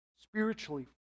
Spiritually